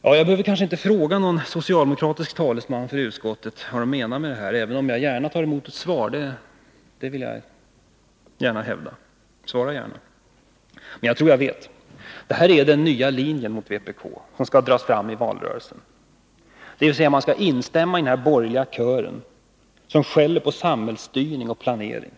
Jag behöver kanske inte fråga någon talesman för socialdemokraterna i utskottet vad som menas med det här, även om jag gärna tar emot ett svar. Jag tror nämligen att jag vet. Det här är socialdemokraternas nya linje mot vpk som skall dras fram i valrörelsen. Man skall instämma i den borgerliga kören som skäller på samhällsstyrning och planering.